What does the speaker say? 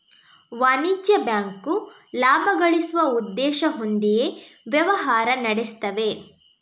ವಾಣಿಜ್ಯ ಬ್ಯಾಂಕು ಲಾಭ ಗಳಿಸುವ ಉದ್ದೇಶ ಹೊಂದಿಯೇ ವ್ಯವಹಾರ ನಡೆಸ್ತವೆ